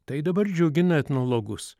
tai dabar džiugina etnologus